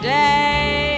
day